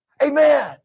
Amen